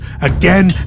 again